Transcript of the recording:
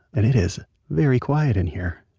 and it is very quiet in here,